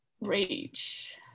rage